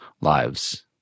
lives